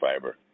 fiber